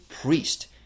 Priest